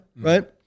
Right